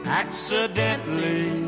accidentally